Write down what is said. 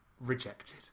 rejected